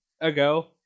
ago